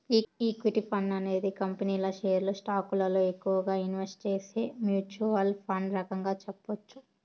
equity fund అనేది కంపెనీల షేర్లు స్టాకులలో ఎక్కువగా ఇన్వెస్ట్ చేసే మ్యూచ్వల్ ఫండ్ రకంగా చెప్పొచ్చు